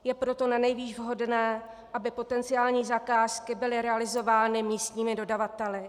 Je proto nanejvýš vhodné, aby potenciální zakázky byly realizovány místními dodavateli.